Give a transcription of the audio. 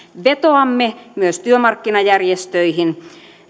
vetoamme myös työmarkkinajärjestöihin